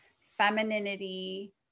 femininity